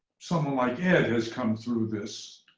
someone like ed has come through this,